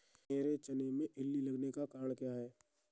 मेरे चने में इल्ली लगने का कारण क्या है?